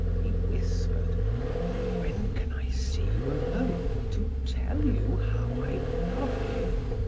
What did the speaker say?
he whispered when can i see you alone to tell you how i love you?